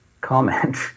comment